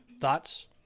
Thoughts